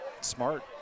Smart